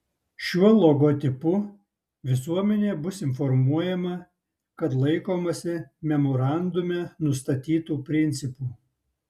šiuo logotipu visuomenė bus informuojama kad laikomasi memorandume nustatytų principų